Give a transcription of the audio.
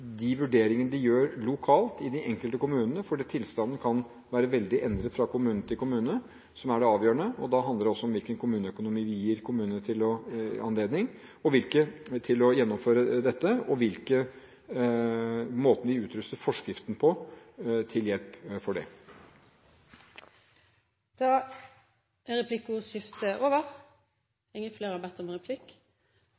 de vurderingene de gjør lokalt i de enkelte kommuner – for tilstanden kan være veldig forskjellig fra kommune til kommune – som er det avgjørende. Da handler det også om hvilken kommuneøkonomi vi gir kommunene – og da deres anledning til å gjennomføre dette, og måten vi utruster forskriften på til hjelp for det. Replikkordskiftet